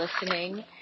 listening